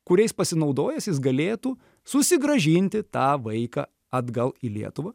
kuriais pasinaudojęs jis galėtų susigrąžinti tą vaiką atgal į lietuvą